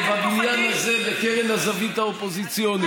בקרן זווית